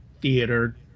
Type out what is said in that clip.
theater